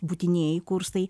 būtinieji kursai